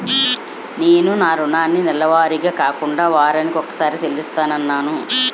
నేను నా రుణాన్ని నెలవారీగా కాకుండా వారాని కొక్కసారి చెల్లిస్తున్నాను